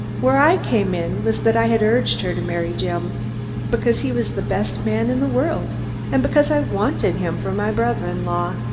where i came in was that i had urged her to marry jim because he was the best man in the world and because i wanted him for my brother-in-law.